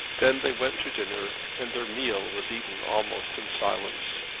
then they went to dinner, and their meal was eaten almost in silence.